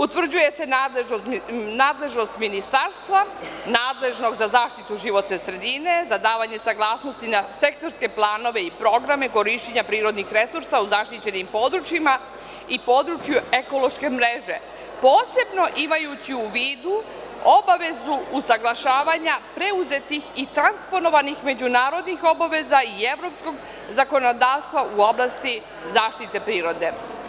Utvrđuje se nadležnost ministarstva nadležnog za zaštitu životne sredine, za davanje saglasnosti na sektorske planove i programe korišćenja prirodnih resursa u zaštićenim područjima i području ekološke mreže, posebno imajući u vidu obavezu usaglašavanja preuzetih i transponovanih međunarodnih obaveza i evropskog zakonodavstva u oblasti zaštite prirode.